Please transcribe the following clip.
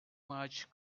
much